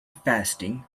fasting